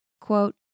Quote